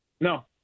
No